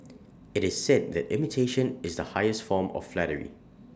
IT is said that imitation is the highest form of flattery